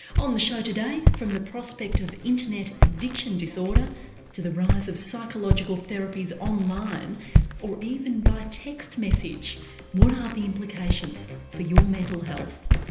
on the show today from the prospect of internet addiction disorder to the rise of psychological therapies online or even by text message what are the implications for your mental health?